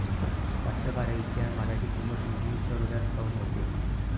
कास्तकाराइच्या मालाची किंमत नेहमी चढ उतार काऊन होते?